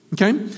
Okay